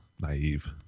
naive